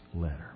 letter